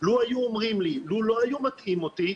לו לא היו מטעים אותי,